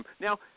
Now